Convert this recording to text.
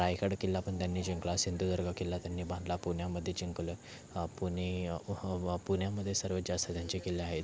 रायगड किल्ला पण त्यांनी जिंकला सिंधुदुर्ग किल्ला त्यांनी बांधला पुण्यामध्ये जिंकलं पुणे ह पुण्यामध्ये सर्वात जास्त त्यांचे किल्ले आहेत